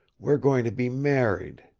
we're going to be married.